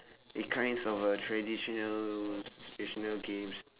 it kinds of a traditional traditional games